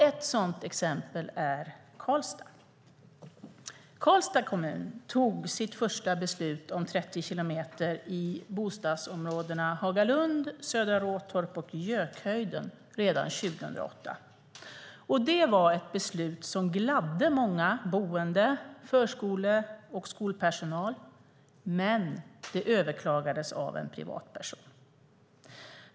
Ett sådant exempel är Karlstad. Karlstads kommun tog sitt första beslut om 30 kilometer i timmen redan 2008 för bostadsområdena Hagalund, Södra Råtorp och Gökhöjden. Det var ett beslut som gladde många boende liksom personal på förskolor och skolor. Men det överklagades av en privatperson.